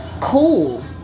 cool